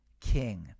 king